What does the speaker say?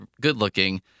good-looking